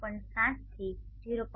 7 થી 0